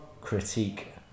critique